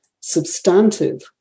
substantive